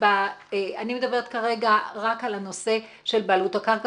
אני מדברת כרגע על הנושא של בעלות הקרקע,